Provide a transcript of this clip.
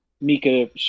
Mika